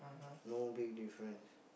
no big difference